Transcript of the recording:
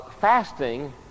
fasting